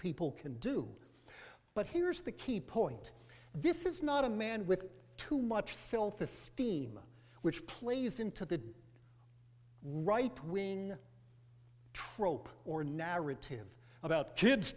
people can do but here's the key point this is not a man with too much self esteem which plays into the rightwing trope or narrative about kids